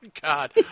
God